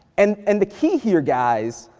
and and the key here, guys,